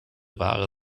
ware